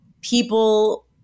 people